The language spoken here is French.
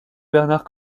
bernard